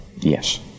Yes